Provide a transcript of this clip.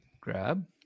Grab